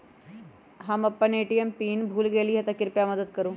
हम अपन ATM PIN भूल गेली ह, कृपया मदत करू